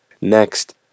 Next